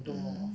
mm